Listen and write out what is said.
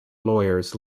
lawyers